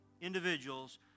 individuals